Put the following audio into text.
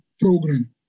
program